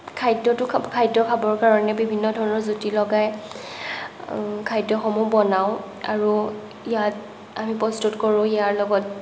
খাদ্যতো খাব খাদ্য খাবৰ কাৰণে বিভিন্ন ধৰণৰ জুতি লগাই খাদ্যসমূহ বনাওঁ আৰু ইয়াত আমি প্ৰস্তুত কৰোঁ ইয়াৰ লগত